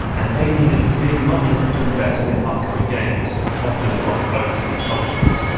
and they needed big money to invest in upcoming games often from overseas publishers.